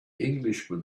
englishman